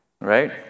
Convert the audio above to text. right